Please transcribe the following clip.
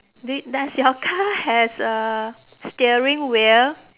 did does your car has a steering wheel